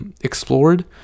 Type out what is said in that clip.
explored